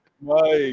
Mike